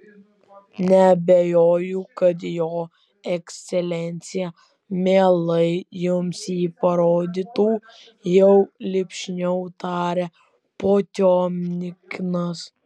neabejoju kad jo ekscelencija mielai jums jį parodytų jau lipšniau tarė potiomkinas